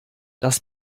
das